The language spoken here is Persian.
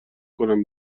کنه